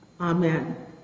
Amen